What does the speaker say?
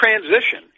transition